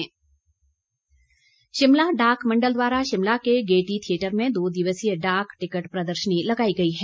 डाक प्रदर्शनी शिमला डाक मण्डल द्वारा शिमला के गेयटी थियेटर में दो दिवसीय डाक टिकट प्रदर्शनी लगाई गई है